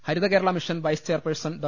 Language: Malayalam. Haritha Kerala mission vice chairperson Dr